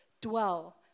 dwell